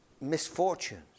misfortunes